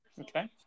Okay